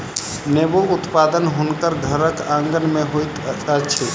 नेबो उत्पादन हुनकर घरक आँगन में होइत अछि